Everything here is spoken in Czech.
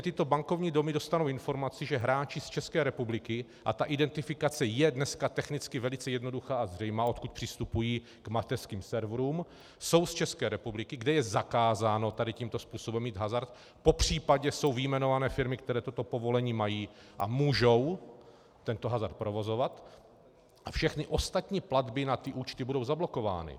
Tyto bankovní domy dostanou informaci, že hráči z České republiky, a identifikace je dneska technicky velice jednoduchá a zřejmá, odkud přistupují k mateřským serverům, jsou z České republiky, kde je zakázáno tímto způsobem mít hazard, popřípadě jsou vyjmenované firmy, které toto povolení mají a můžou tento hazard provozovat, a všechny ostatní platby na ty účty budou zablokovány.